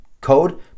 code